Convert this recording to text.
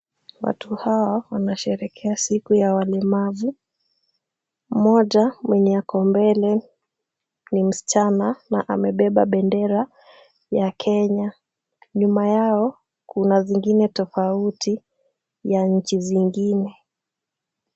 Watu hawa wanasherehekea siku ya walemavu. Mmoja mwenye kumbele, ni msichana na amebeba bendera ya Kenya. Nyuma yao kuna zingine tofauti, ya nchi zingine.